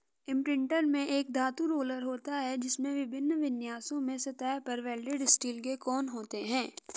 imprinter में एक धातु रोलर होता है, जिसमें विभिन्न विन्यासों में सतह पर वेल्डेड स्टील के कोण होते हैं